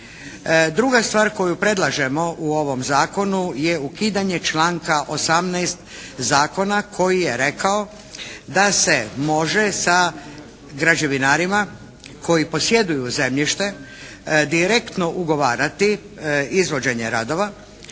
Druga stvar koju predlažemo u ovom zakonu je ukidanje članka 18. Zakona koji je rekao da se može sa građevinarima koji posjeduju zemljište direktno ugovarati izvođenje radova